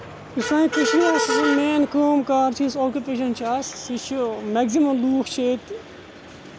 سانہِ کٔشیٖر منٛز یُس مین کٲم کار چھُ یُس اوکوپیشن چھُ اَسۍ سُہ چھُ میکزِمم لوٗکھ چھِ ییٚتہِ